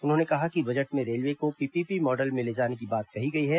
उन्होंने कहा कि बजट में रेलवे को पीपीपी मॉडल में ले जाने की बात कही गई है